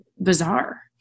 bizarre